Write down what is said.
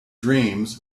dreams